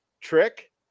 trick